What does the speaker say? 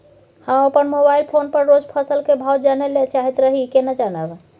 हम अपन mobile phone पर रोज फसल के भाव जानय ल चाहैत रही केना जानब?